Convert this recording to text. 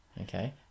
Okay